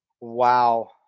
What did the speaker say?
wow